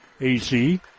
AC